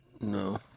No